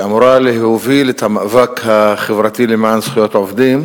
שאמורה להוביל את המאבק החברתי למען זכויות העובדים,